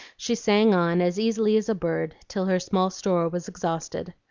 she sang on as easily as a bird till her small store was exhausted.